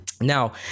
Now